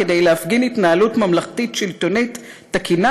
כדי להפגין התנהלות ממלכתית שלטונית תקינה